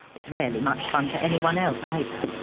it's rarely much fun for anyone else either,